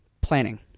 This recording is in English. planning